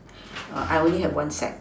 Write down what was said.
err I only had one sack